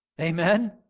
Amen